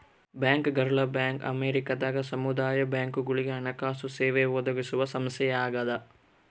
ಬ್ಯಾಂಕರ್ಗಳ ಬ್ಯಾಂಕ್ ಅಮೇರಿಕದಾಗ ಸಮುದಾಯ ಬ್ಯಾಂಕ್ಗಳುಗೆ ಹಣಕಾಸು ಸೇವೆ ಒದಗಿಸುವ ಸಂಸ್ಥೆಯಾಗದ